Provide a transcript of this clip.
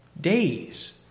Days